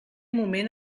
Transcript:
moment